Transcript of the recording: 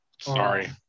sorry